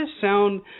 sound